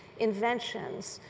inventions,